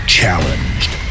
Challenged